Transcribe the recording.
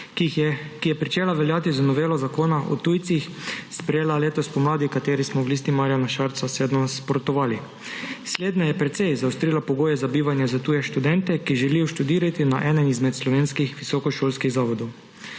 ki je pričela veljati z novelo zakona o tujcih, sprejela letos spomladi, kateri smo v Listi Marjana Šarca nasprotovali. Slednja je precej zaostrila pogoje za bivanje za tuje študente, ki želijo študirati na eni izmed slovenskih visokošolskih zavodov.